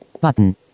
Button